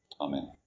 Amen